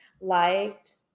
liked